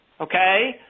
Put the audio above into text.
Okay